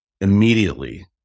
immediately